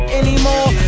anymore